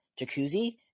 jacuzzi